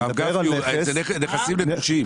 הרב גפני, אלה נכסים נטושים.